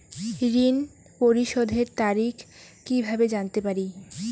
ঋণ পরিশোধের তারিখ কিভাবে জানতে পারি?